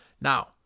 Now